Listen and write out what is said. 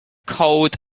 cold